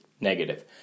negative